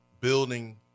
building